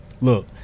Look